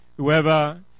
whoever